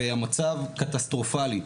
והמצב קטסטרופלי.